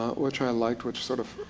which i liked, which sort of